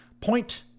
point